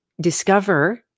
discover